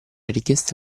richieste